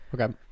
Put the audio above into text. okay